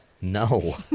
no